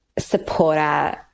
supporter